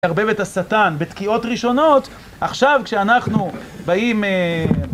תערבב את השטן בתקיעות ראשונות, עכשיו כשאנחנו באים...